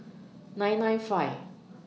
nine nine five